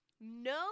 No